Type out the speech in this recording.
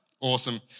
Awesome